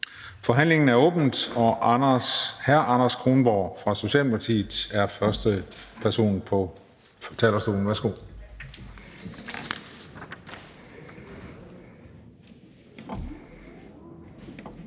forhandlingen om punkt 4, og hr. Anders Kronborg fra Socialdemokratiet er første ordfører på talerstolen. Værsgo.